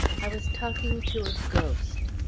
i was talking to a ghost.